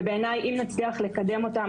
ובעיניי אם נצליח לקדם אותם,